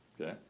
Okay